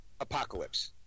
Apocalypse